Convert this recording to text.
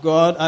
God